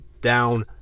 down